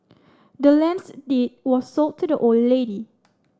the land's deed was sold to the old lady